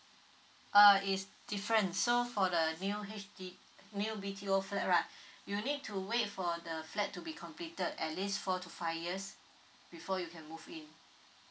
uh is different so for the new H_D~ new B_T_O flat right you need to wait for the flat to be completed at least four to five years before you can move in